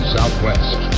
Southwest